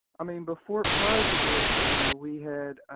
i mean before, prior to this, you know, we had,